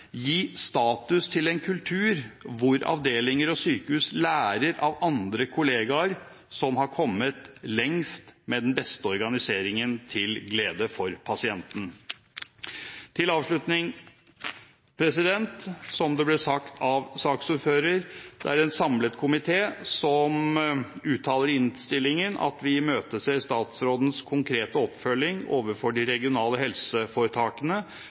gi status til en kultur hvor avdelinger og sykehus lærer av andre kolleger som har kommet lengst med den beste organiseringen – til glede for pasientene. Til avslutning: Som det ble sagt av saksordføreren, er det en samlet komité som uttaler i innstillingen at vi imøteser statsrådens konkrete oppfølging overfor de regionale helseforetakene